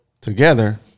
together